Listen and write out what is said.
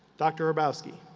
dr. hrabwoski.